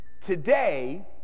today